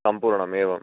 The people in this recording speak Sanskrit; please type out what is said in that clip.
सम्पूर्णम् एवम्